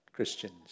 Christians